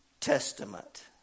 Testament